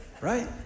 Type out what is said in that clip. Right